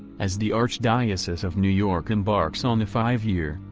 as the archdiocese of new york embarks on a five-year,